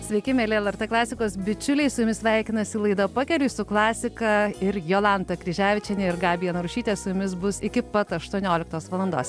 sveiki mieli lrt klasikos bičiuliai su jumis sveikinasi laida pakeliui su klasika ir jolanta kryževičienė ir gabija narušytė su jumis bus iki pat aštuonioliktos valados